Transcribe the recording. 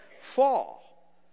fall